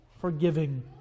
forgiving